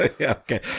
Okay